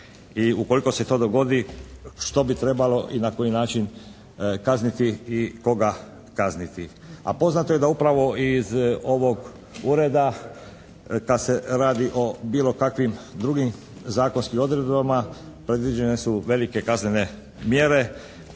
i ukoliko se to dogodi što bi trebalo i na koji način kazniti i koga kazniti. A poznato je da upravo iz ovog ureda kad se radi o bilo kakvim drugim zakonskim odredbama, predviđene su velike kaznene mjere,